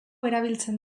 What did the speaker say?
erabiltzen